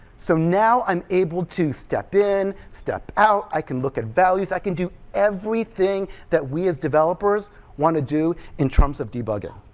so now i'm able to step in, step out, i can look at values, i can do everything that we as developers want to do in terms of debugging.